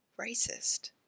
racist